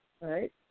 right